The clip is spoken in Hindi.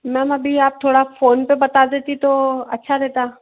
मैम अभी आप थोड़ा फोन पे बता देती तो अच्छा रहता